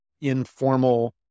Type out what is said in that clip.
informal